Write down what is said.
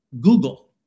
Google